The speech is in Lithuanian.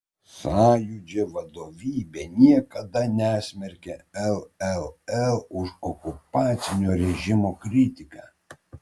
sąjūdžio vadovybė niekada nesmerkė lll už okupacinio režimo kritiką